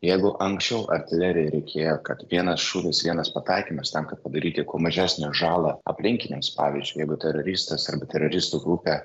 jeigu anksčiau artilerijai reikėjo kad vienas šūvis vienas pataikymas tam kad padaryti kuo mažesnę žalą aplinkiniams pavyzdžiui jeigu teroristas ar teroristų grupė